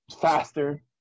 faster